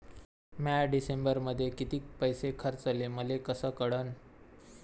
म्या डिसेंबरमध्ये कितीक पैसे खर्चले मले कस कळन?